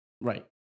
Right